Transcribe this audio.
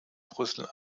brüssel